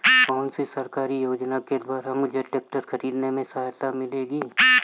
कौनसी सरकारी योजना के द्वारा मुझे ट्रैक्टर खरीदने में सहायता मिलेगी?